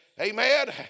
Amen